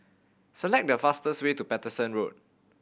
select the fastest way to Paterson Road